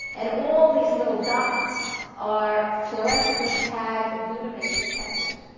and all these little dots are fluorescently tagged glutamate receptors.